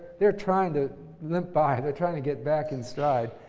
they're trying to limp by. they're trying to get back in stride.